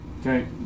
Okay